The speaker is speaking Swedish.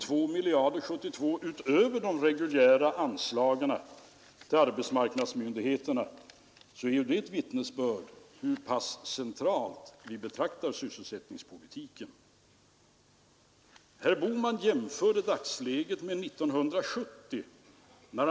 Jag har tidigare sagt, och jag vill upprepa det nu, att vi lever i en annan tid än när Keynes spred sina idéer i början på 1930-talet.